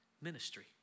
ministry